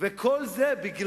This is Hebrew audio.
וכל זה משום,